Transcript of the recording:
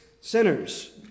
sinners